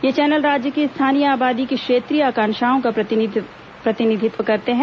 ये चैनल राज्य की स्थानीय आबादी की क्षेत्रीय आकांक्षाओं का प्रतिनिधित्व करते हैं